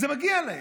זה מגיע להם.